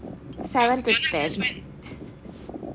seven to ten